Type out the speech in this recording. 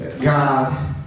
God